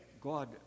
God